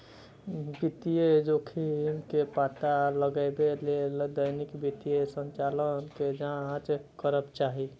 वित्तीय जोखिम के पता लगबै लेल दैनिक वित्तीय संचालन के जांच करबाक चाही